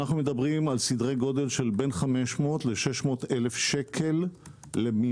אנחנו מדברים על סדרי גודל של 500,000-600,000 שקל למבנה.